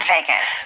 Vegas